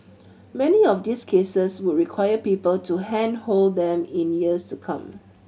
many of these cases would require people to handhold them in years to come